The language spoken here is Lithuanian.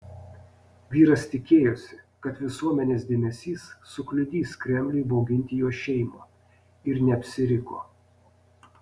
vyras tikėjosi kad visuomenės dėmesys sukliudys kremliui bauginti jo šeimą ir neapsiriko